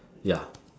ya